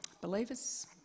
believers